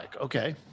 okay